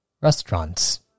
restaurants